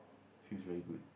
feels very good